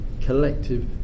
collective